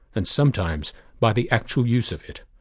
and sometimes by the actual use of it.